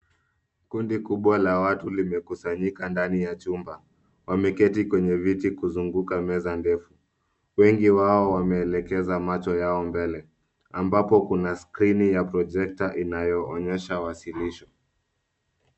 Kundi kubwa la watu limekusanyika ndani ya chumba. Wameketi kwenye viti kuzunguka meza ndefu. Wengi wao wameelekeza macho yao mbele , ambapo kuna skirini ya projector inayoonyesha wasilisho.